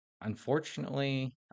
unfortunately